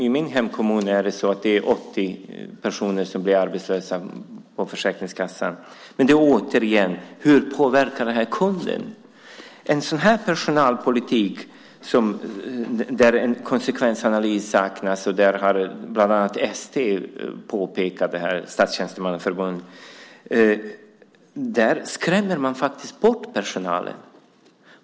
I min hemkommun blir 80 personer på Försäkringskassan arbetslösa. Återigen, hur påverkar detta kunden? Med en sådan här personalpolitik där en konsekvensanalys saknas skrämmer man faktiskt bort personalen, vilket bland annat ST, Statstjänstemannaförbundet, har påpekat.